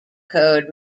code